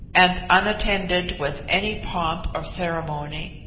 and unattended with any pomp of ceremony.